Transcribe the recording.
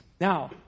Now